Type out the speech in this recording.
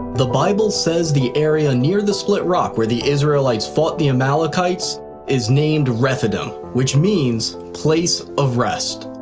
the bible says the area near the split rock where the israelites fought the amalekites is named rephidim, which means place of rest.